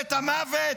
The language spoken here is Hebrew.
ממשלת המוות,